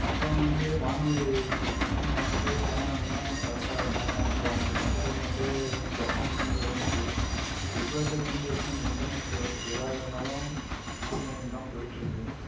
அப்போ வந்து வானொலி எஃப்எம்ல வந்து சேனல்லாம் கரெக்டாக இருந்தாங்க அப்போது அவங்களுக்கு என்டர்டைன்மெண்ட்டே எஃப்எம்னு ஒன்று இருந்துச்சு இப்போ இருக்க ஜென்ட்ரேஷன் இன்டர்நெட் எதாக இருந்தாலும் ஆன்லைன் தான் போய்ட்டு இருக்குது